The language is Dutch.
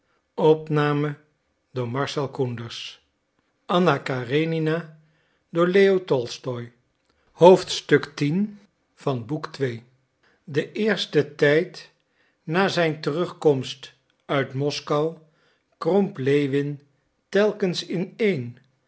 den eersten tijd na zijn terugkomst uit moskou kromp lewin telkens ineen en